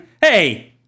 Hey